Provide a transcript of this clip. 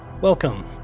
Welcome